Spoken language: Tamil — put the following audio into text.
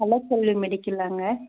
கலைச்செல்வி மெடிக்கலாங்க